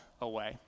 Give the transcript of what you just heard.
away